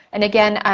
and again,